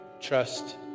trust